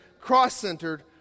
cross-centered